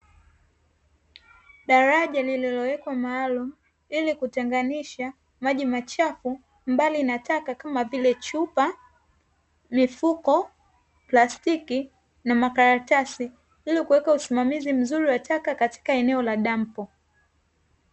Daraja lililowekwa maalumu ili kutenganisha maji machafu mbali na taka kama vile: chupa, mifuko, plastiki na makaratasi, ili kuweka usimamizi mzuri wa taka katika eneo la dampo.